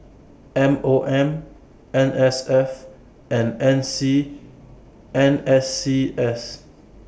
M O M N S F and N C N S C S